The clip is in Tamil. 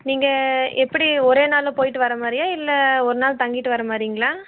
நீங்கள் எப்படி ஒரே நாளில் போய்ட்டு வர்ற மாதிரியா இல்லை ஒரு நாள் தங்கிவிட்டு வர்ற மாதிரிங்களா